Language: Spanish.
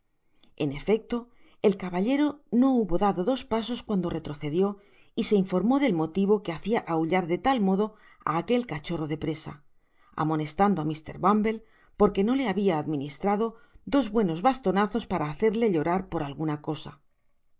en efecto el caballero no hubo dado dos pasos cuando retrocedió y se informó del motivo que hacia aullar de tal modo á aquel cachorro de presa amonestando ámr bumble porque no le habia administrado dos buenos bastonazos para hacerle llorar por alguna cosa